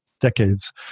decades